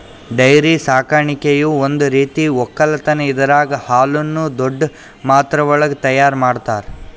dairy ಸಾಕಾಣಿಕೆಯು ಒಂದ್ ರೀತಿಯ ಒಕ್ಕಲತನ್ ಇದರಾಗ್ ಹಾಲುನ್ನು ದೊಡ್ಡ್ ಮಾತ್ರೆವಳಗ್ ತೈಯಾರ್ ಮಾಡ್ತರ